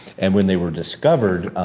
and when they were discovered,